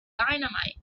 dynamite